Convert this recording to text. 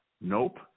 Nope